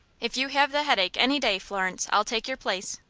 if you have the headache any day, florence, i'll take your place.